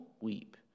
weep